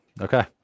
Okay